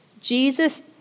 Jesus